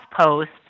post